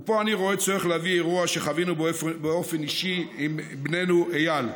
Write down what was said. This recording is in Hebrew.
ופה אני רואה צורך להביא אירוע שחווינו באופן אישי עם בנינו אייל.